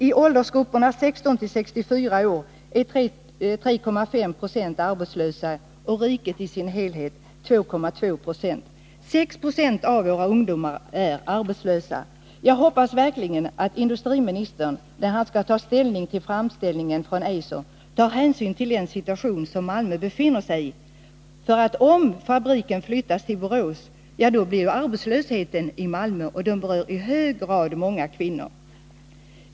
I åldersgrupperna 16-64 år är 3,5 90 arbetslösa, medan genomsnittet för riket i dess helhet är 2,2 20. 6 Zo av våra ungdomar är arbetslösa. Jag hoppas verkligen att industriministern när han skall ta ställning till framställningen från Eiser tar hänsyn till den situation som Malmö befinner sig i. Om fabriken flyttas till Borås, blir arbetslösheten i Malmö ännu större. Detta kommer att i hög grad beröra många kvinnor.